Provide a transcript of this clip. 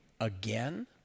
again